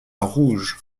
rouge